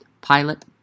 pilot